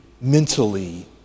mentally